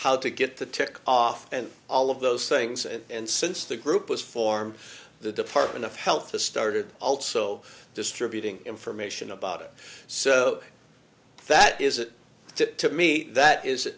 how to get the tick off and all of those things and since the group was formed the department of health has started also distributing information about it so that is it to me that is